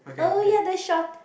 oh ya the short